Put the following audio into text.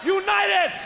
united